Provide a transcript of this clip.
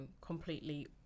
completely